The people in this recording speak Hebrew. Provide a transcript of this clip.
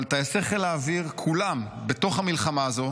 אבל טייסי חיל האוויר כולם בתוך המלחמה הזו